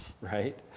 right